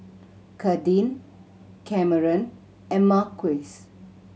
Kadin Cameron and Marquise